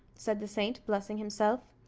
said the saint, blessing himself.